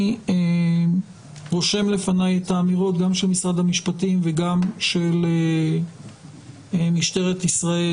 אני רושם לפניי את האמירות גם של משרד המשפטים וגם של משטרת ישראל